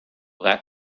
that